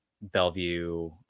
Bellevue